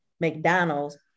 McDonald's